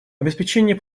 обеспечение